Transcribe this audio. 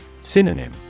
Synonym